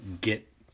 get